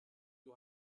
you